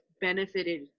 benefited